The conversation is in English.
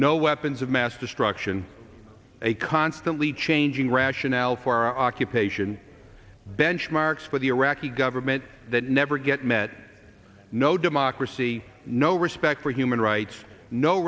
no weapons of mass destruction a constantly changing rationale for occupation benchmarks for the iraqi government that never get met no democracy no respect for human rights no